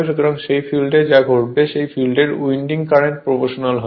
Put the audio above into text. সুতরাং সেই ফিল্ডে যা ঘটবে সেই ফিল্ডের উইন্ডিং কারেন্টে প্রপ্রোশনাল হয়